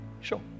sure